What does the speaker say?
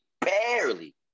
barely